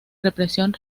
represión